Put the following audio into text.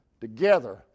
together